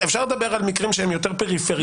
אפשר לדבר על מקרים שהם יותר פריפריאליים.